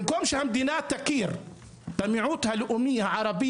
במקום שהמדינה תכיר במיעוט הלאומי הערבי